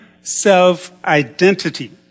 self-identity